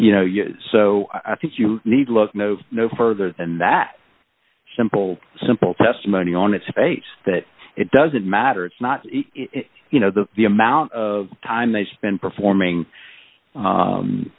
you know so i think you need look no no further than that simple simple testimony on its face that it doesn't matter it's not you know the the amount of time they spend performing